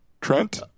Trent